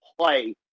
play